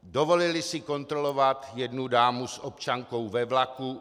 Dovolili si kontrolovat jednu dámu s občankou ve vlaku.